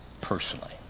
personally